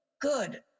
good